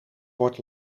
word